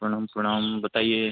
प्रणाम प्रणाम बताइए